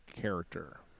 character